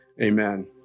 Amen